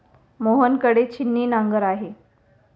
मोहन कडे छिन्नी नांगर आहे